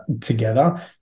together